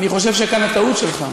אני שואל אותך.